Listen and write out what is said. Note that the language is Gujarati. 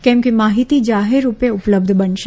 કેમ કે માહિતી જાહેરરૂપે ઉપલબ્ધ બનશે